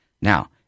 Now